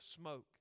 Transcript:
smoke